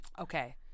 Okay